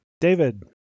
david